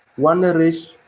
one race,